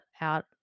out